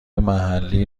محلی